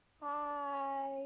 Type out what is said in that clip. Hi